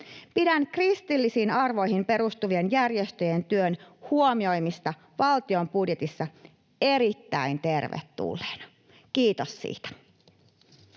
Pidän kristillisiin arvoihin perustuvien järjestöjen työn huomioimista valtion budjetissa erittäin tervetulleena. Kiitos siitä.